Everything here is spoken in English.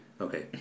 okay